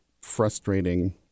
frustrating